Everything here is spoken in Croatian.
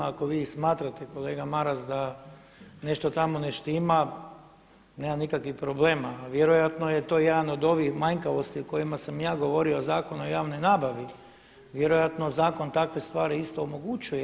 Ako vi smatrate kolega Maras ta nešto tamo ne štima, nema nikakvih problema, a vjerojatno je to jedan od ovih manjkavosti o kojima sam ja govorio Zakon o javnoj nabavi, vjerojatno Zakon takve stvari isto omogućuje.